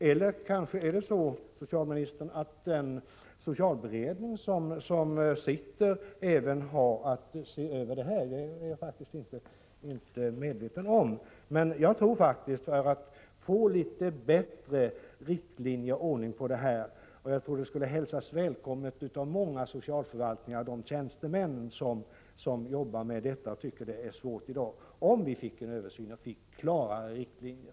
Eller är det så, socialministern, att den socialberedning som är tillsatt har att se över även det här? Jag är inte medveten om hur det förhåller sig med den saken. För att få ordning på det här behövs litet bättre riktlinjer, och jag tror att det skulle hälsas välkommet av många socialförvaltningar och av de tjänstemän som jobbar med dessa svåra frågor om vi fick en översyn och klarare riktlinjer.